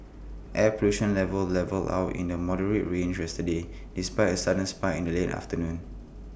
air pollution levels levelled out in the moderate range yesterday despite A sudden spike in the late afternoon